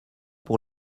pour